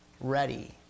ready